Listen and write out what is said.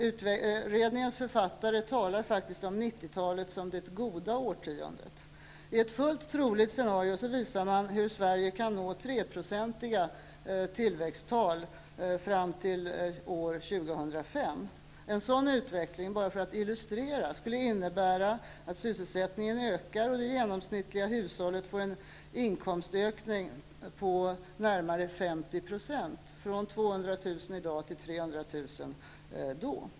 Utredningens författare talar faktiskt om 90-talet som det goda årtiondet. I ett fullt troligt scenario visar man hur Sverige kan nå treprocentiga tillväxttal fram till år 2005. En sådan utveckling, bara som en illustration, skulle innebära att sysselsättningen ökar och att det genomsnittliga hushållet får en inkomstökning med närmare 50 %, från 200 000 kr. i dag till 300 000 kr.